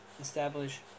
establish